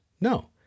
No